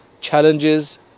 challenges